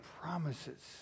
promises